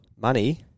money